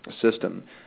system